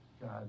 God